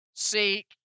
Seek